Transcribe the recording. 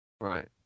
Right